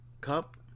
Cup